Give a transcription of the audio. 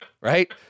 right